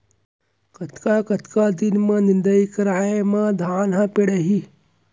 कतका कतका दिन म निदाई करे म धान ह पेड़ाही?